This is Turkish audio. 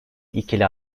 ikili